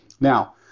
Now